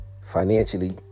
Financially